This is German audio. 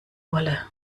wolle